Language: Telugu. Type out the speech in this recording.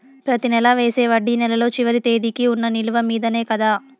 ప్రతి నెల వేసే వడ్డీ నెలలో చివరి తేదీకి వున్న నిలువ మీదనే కదా?